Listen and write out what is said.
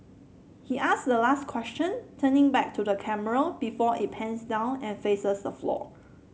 he ask the last question turning back to the camera before it pans down and faces the floor